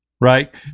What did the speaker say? Right